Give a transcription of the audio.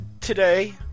today